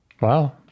Wow